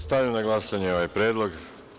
Stavljam na glasanje ovaj predlog.